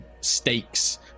stakes